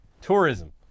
tourism